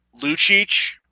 Lucic